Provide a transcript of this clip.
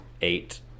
eight